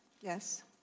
Yes